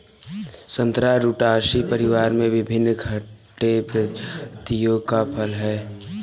संतरा रुटासी परिवार में विभिन्न खट्टे प्रजातियों का फल है